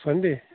Sunday